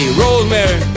rosemary